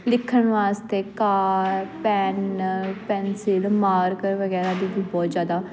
ਲਿਖਣ ਵਾਸਤੇ ਕਾਰ ਪੈਨ ਪੈਨਸਿਲ ਮਾਰਕਰ ਵਗੈਰਾ ਦੀ ਵੀ ਬਹੁਤ ਜ਼ਿਆਦਾ